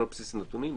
לא על בסיס נתונים,